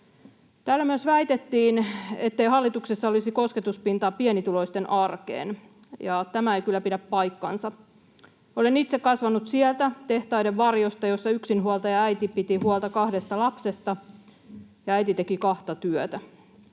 Täällä myös väitettiin, ettei hallituksessa olisi kosketuspintaa pienituloisten arkeen. Tämä ei kyllä pidä paikkaansa. Olen itse kasvanut tehtaiden varjossa, jossa yksinhuoltajaäiti piti huolta kahdesta lapsesta. Ja äiti teki kahta työtä